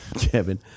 Kevin